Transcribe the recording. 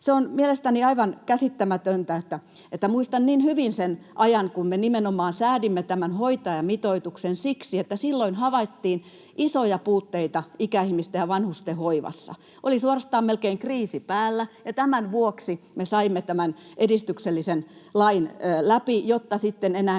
Se on mielestäni aivan käsittämätöntä. Muistan niin hyvin sen ajan, kun me nimenomaan säädimme tämän hoitajamitoituksen siksi, että silloin havaittiin isoja puutteita ikäihmisten ja vanhusten hoivassa. Oli suorastaan melkein kriisi päällä, ja tämän vuoksi me saimme tämän edistyksellisen lain läpi, jotta sitten enää